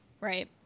Right